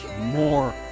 more